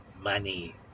Money